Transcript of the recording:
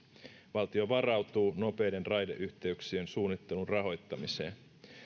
valtio varautuu nopeiden raideyhteyksien suunnittelun rahoittamiseen